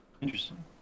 interesting